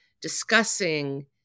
discussing